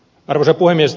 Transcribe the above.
arvoisa puhemies